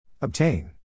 Obtain